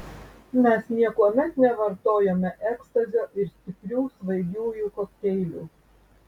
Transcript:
mes niekuomet nevartojome ekstazio ir stiprių svaigiųjų kokteilių